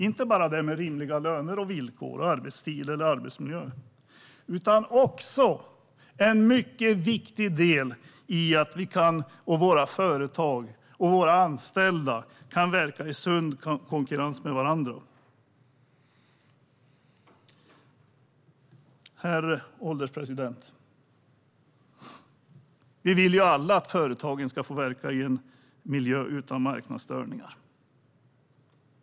Det handlar inte bara om rimliga löner, villkor, arbetstider och arbetsmiljö, utan det handlar också om att våra företag och anställda kan verka i sund konkurrens med varandra. Herr ålderspresident! Vi vill alla att företag ska få verka i en miljö utan marknadsstörningar.